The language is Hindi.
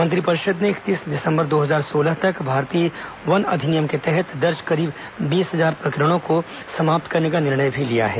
मंत्रिपरिषद ने इकतीस दिसंबर दो हजार सोलह तक भारतीय वन अधिनियम के तहत दर्ज करीब बीस हजार प्रकरणों को समाप्त करने का निर्णय लिया है